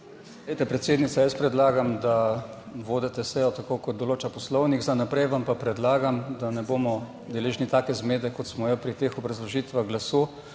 Predsednica, jaz predlagam, da vodite sejo tako, kot določa Poslovnik, za naprej vam pa predlagam, da ne bomo deležni take zmede kot smo jo pri teh obrazložitvah glasu,